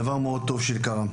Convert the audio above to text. דבר מאוד טוב שקרה.